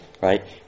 right